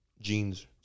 jeans